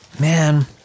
Man